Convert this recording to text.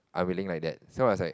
unwilling like that so I was like